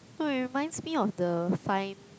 no it reminds me of the find